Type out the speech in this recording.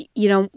you you know,